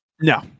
No